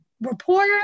reporter